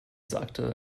sagte